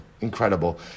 Incredible